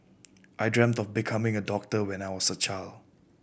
I dreamt of becoming a doctor when I was a child